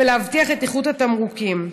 ולהבטיח את איכות התמרוקים.